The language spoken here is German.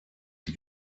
die